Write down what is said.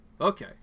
Okay